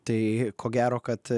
tai ko gero kad